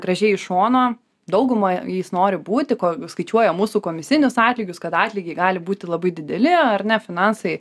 gražiai iš šono dauguma jais nori būti ko skaičiuoja mūsų komisinius atlygius kad atlygiai gali būti labai dideli ar ne finansai